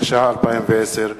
התש"ע 2010,